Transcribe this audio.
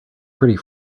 pretty